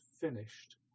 finished